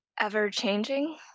Ever-changing